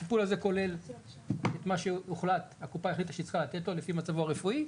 הטיפול הזה כולל מה שהקופה החליטה שהיא צריכה לתת לו לפי מצבו הרפואי,